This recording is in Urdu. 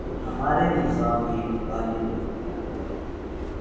ہمارے مضامین قلم